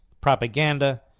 propaganda